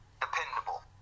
dependable